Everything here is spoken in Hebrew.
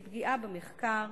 לפגיעה במחקר,